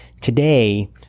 Today